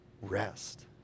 rest